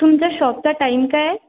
तुमच्या शॉपचा टाईम काय आहे